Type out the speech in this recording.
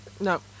No